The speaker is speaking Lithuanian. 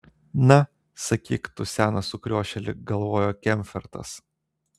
na sakyk tu senas sukriošėli galvojo kemfertas